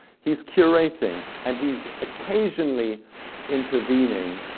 he's curating, and he's occasionally intervening,